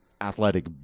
athletic